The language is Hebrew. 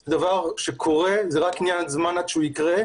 זה דבר שקורה וזה רק עניין של זמן עד שהוא יקרה.